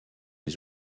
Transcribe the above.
les